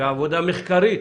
בעבודה מחקרית